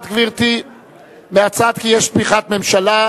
אחת הידיעות,